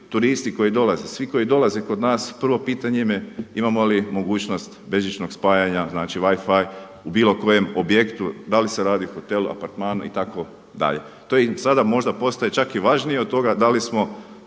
turisti koji dolaze, svi koji dolaze kod nas prvo pitanje im je imamo li mogućnost bežičnog spajanja znači WiFi u bilo kojem objektu, da li se radi o hotelu, apartmanu itd. To sada možda postaje čak i važnije od toga da li smo